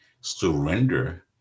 surrender